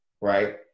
right